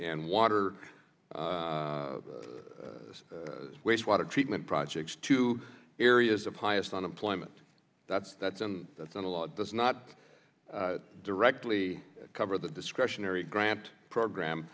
and water wastewater treatment projects to areas of highest unemployment that's that's and that's not a lot that's not directly covered the discretionary grant program